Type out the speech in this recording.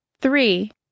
Three